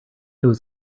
was